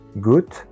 good